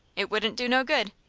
it wouldn't do no good.